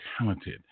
talented